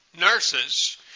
nurses